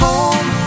Home